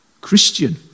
Christian